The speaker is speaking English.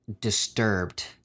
disturbed